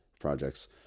projects